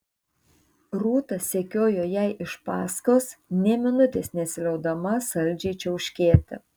rūta sekiojo jai iš paskos nė minutės nesiliaudama saldžiai čiauškėti